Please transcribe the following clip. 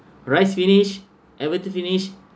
rice finished everything finished